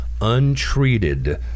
untreated